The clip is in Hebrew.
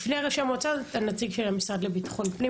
לפני ראשי המועצות נציג של המשרד לבט"פ,